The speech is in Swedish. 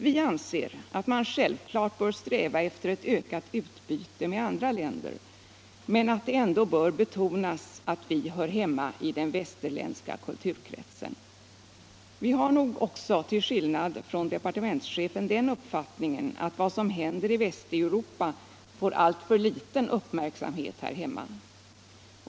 Vi moderater anser alt man självklart bör sträva efter ett ökat utbyte med andra länder men att det ändå bör betonas att Sverige hör hemma i den västerländska kulturkretsen. Vi har nog också till skillnad från departementschefen den uppfattningen att vad som händer i Västeuropa får alltför liten uppmärksamhet här hemma.